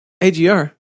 AGR